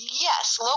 Yes